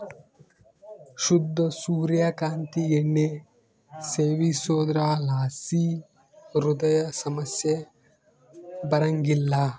ಶುದ್ಧ ಸೂರ್ಯ ಕಾಂತಿ ಎಣ್ಣೆ ಸೇವಿಸೋದ್ರಲಾಸಿ ಹೃದಯ ಸಮಸ್ಯೆ ಬರಂಗಿಲ್ಲ